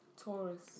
Taurus